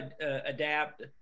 adapt